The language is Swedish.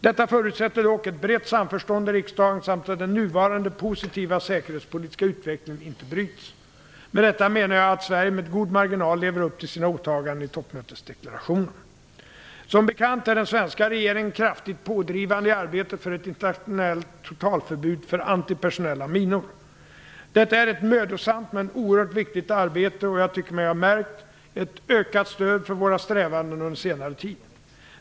Detta förutsätter dock ett brett samförstånd i riksdagen samt att den nuvarande positiva säkerhetspolitiska utvecklingen inte bryts. Med detta menar jag att Sverige med god marginal lever upp till sina åtaganden i toppmötesdeklarationen. Som bekant är den svenska regeringen kraftigt pådrivande i arbetet för ett internationellt totalförbud för antipersonella minor. Detta är ett mödosamt men oerhört viktigt arbete och jag tycker mig ha märkt ett ökat stöd för våra strävanden under senare tid.